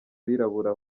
birabura